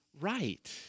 right